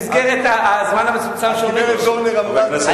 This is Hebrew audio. במסגרת הזמן המצומצם שעומד לרשותי,